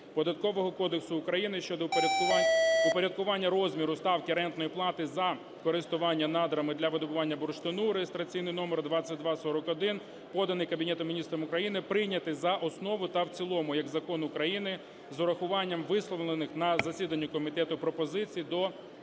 Податкового кодексу України щодо упорядкування розміру ставки рентної плати за користування надрами для видобування бурштину (реєстраційний номер 2241), поданий Кабінетом Міністрів, прийняти за основу та в цілому як закон України з урахуванням висловлених на засіданні комітету пропозицій до тексту